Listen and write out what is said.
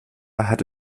hatte